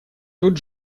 тут